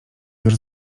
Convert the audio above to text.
już